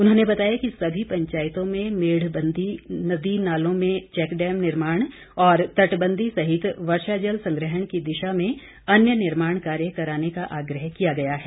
उन्होंने बताया कि सभी पंचायतों में मेढ़बंदी नदी नालों में चैक डैम निर्माण और तटबंदी सहित वर्षा जल संग्रहण की दिशा में अन्य निर्माण कार्य कराने का आग्रह किया गया है